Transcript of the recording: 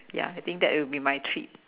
ya I think that will be my treat